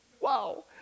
Wow